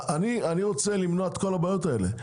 אני רוצה למנוע את כל הבעיות האלה,